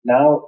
Now